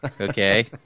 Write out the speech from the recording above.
okay